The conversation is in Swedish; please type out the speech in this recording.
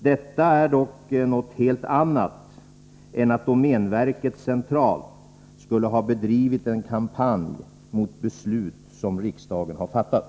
Detta är dock något helt annat än att domänverket centralt skulle ha bedrivit en kampanj mot beslut som riksdagen har fattat.